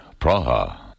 Praha